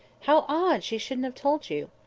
how odd she shouldn't have told you!